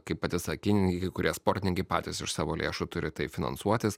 kaip pati sakei kurie sportininkai patys iš savo lėšų turi taip finansuotis